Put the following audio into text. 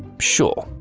sure.